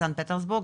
בסנט פטרסבורג,